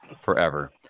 forever